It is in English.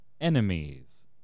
Enemies